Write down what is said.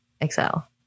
Excel